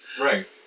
Right